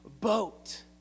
boat